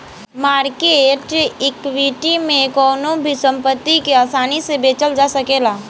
market equity में कवनो भी संपत्ति के आसानी से बेचल जा सकेला